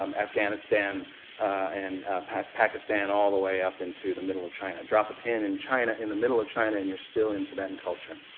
um afghanistan and pakistan all the way up into the middle of china. drop a pin in china in the middle of china and you're still in tibetan culture.